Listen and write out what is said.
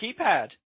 keypad